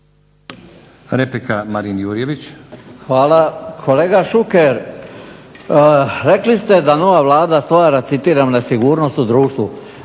Marin (SDP)** Hvala. Kolega Šuker, rekli ste da nova Vlada stvara citiram na sigurnost u društvu.